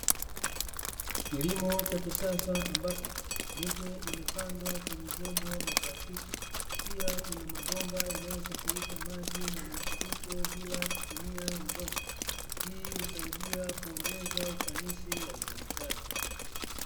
Kilimo cha kisasa ambapo miche imepandwa kwenye vyombo vya plastiki, pia kuna mabomba yanasosafirisha maji na virutubisho bila kutumia udongo, hii husaidia kuongeza ufanisi wa uzalishaji.